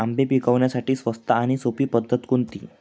आंबे पिकवण्यासाठी स्वस्त आणि सोपी पद्धत कोणती?